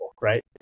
right